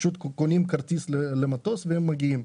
פשוט קונים כרטיס למטוס והם מגיעים.